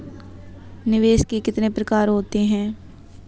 निवेश के कितने प्रकार होते हैं?